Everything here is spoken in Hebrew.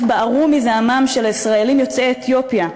בערו מזעמם של הישראלים יוצאי אתיופיה.